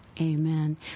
Amen